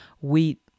wheat